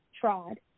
tried